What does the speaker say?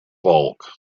bulk